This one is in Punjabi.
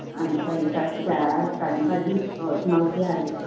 ਹਾਂਜੀ ਭਾਅ ਜੀ ਸਤਿ ਸ਼੍ਰੀ ਅਕਾਲ ਸਾਜਨ ਭਾਅ ਜੀ ਹੋਰ ਸੁਣਾਓ ਕੀ ਹਾਲ ਜੇ